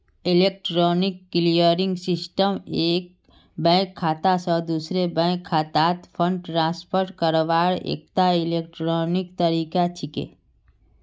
electronic clearing system एक bank खाता स दूसरे बैंक खातात फंड ट्रांसफर करवार एकता इलेक्ट्रॉनिक तरीका छिके